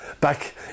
back